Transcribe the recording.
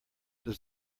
does